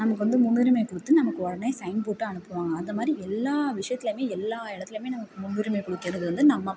நமக்கு வந்து முன்னுரிமை கொடுத்து நமக்கு உடனே சைன் போட்டு அனுப்புவாங்க அந்த மாதிரி எல்லா விசியத்துலேயுமே எல்லா இடத்துலேயுமே நமக்கு முன்னுரிமை கொடுக்குறது வந்து நம்ம